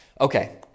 Okay